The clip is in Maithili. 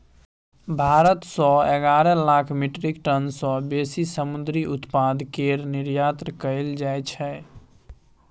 भारत सँ एगारह लाख मीट्रिक टन सँ बेसी समुंदरी उत्पाद केर निर्यात कएल जाइ छै